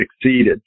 succeeded